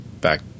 back